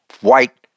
white